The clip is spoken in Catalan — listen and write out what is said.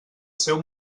seu